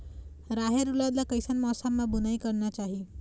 रहेर उरद ला कैसन मौसम मा बुनई करना चाही?